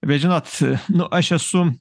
bet žinot nu aš esu